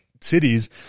cities